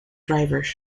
drivers